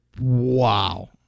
Wow